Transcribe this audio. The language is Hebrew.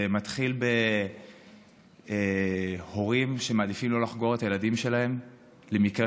זה מתחיל בהורים שמעדיפים לא לחגור את הילדים שלהם למקרה